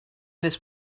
this